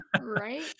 right